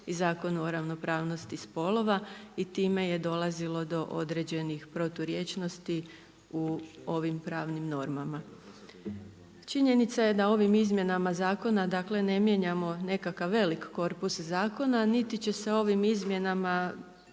i Zakonu o ravnopravnosti spolova i time je dolazilo do određenih proturječnosti u ovim pravnim normama. Činjenica je da ovim izmjenama zakona dakle ne mijenjamo nekakav veliki korpus zakona, niti će se ovim izmjenama